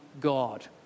God